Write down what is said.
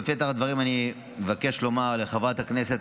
בפתח הדברים אני מבקש לומר לחברת הכנסת